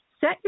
set